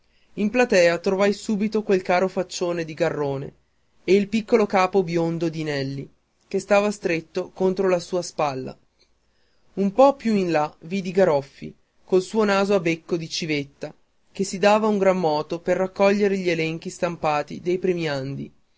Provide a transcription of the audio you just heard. in platea trovai subito quel caro faccione di garrone e il piccolo capo biondo di nelli che stava stretto contro la sua spalla un po più in là vidi garoffi col suo naso a becco di civetta che si dava un gran moto per raccogliere gli elenchi stampati dei